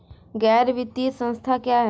गैर वित्तीय संस्था क्या है?